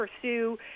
pursue